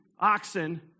oxen